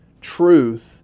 truth